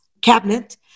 cabinet